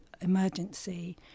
emergency